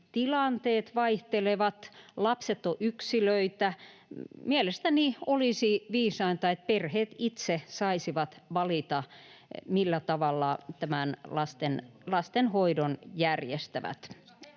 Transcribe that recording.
tilanteet vaihtelevat, lapset ovat yksilöitä. Mielestäni olisi viisainta, että perheet saisivat itse valita, millä tavalla lastenhoidon järjestävät.